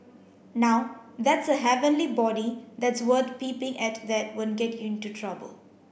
now that's a heavenly body that's worth peeping at that won't get you into trouble